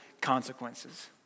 consequences